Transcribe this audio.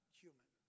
human